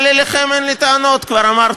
אבל אליכם אין לי טענות, כבר אמרתי.